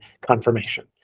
confirmation